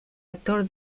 actor